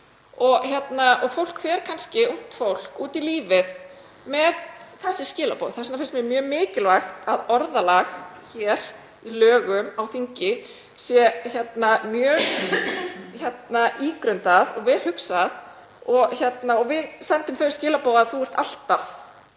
er. Fólk fer kannski, ungt fólk, út í lífið með þessi skilaboð. Þess vegna finnst mér mjög mikilvægt að orðalag í lögum á þingi sé mjög ígrundað og vel hugsað og að við sendum þau skilaboð að þú megir alltaf